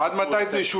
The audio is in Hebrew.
הוא שאל עד מתי זה ישולם.